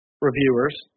reviewers